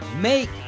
Make